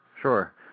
sure